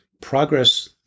progress